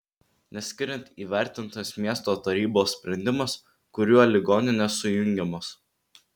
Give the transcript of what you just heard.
nes skiriant įvertintas miesto tarybos sprendimas kuriuo ligoninės sujungiamos